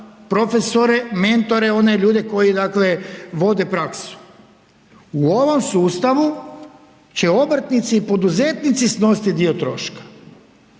profesore, mentore one ljude koji vode praksu. U ovom sustavu će obrtnici poduzetnici snositi dio troška.